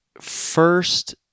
first